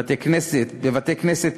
בבתי-כנסת,